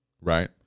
right